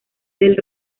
del